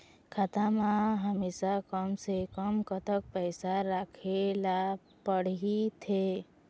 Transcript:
खाता मा हमेशा कम से कम कतक पैसा राखेला पड़ही थे?